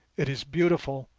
it is beautiful,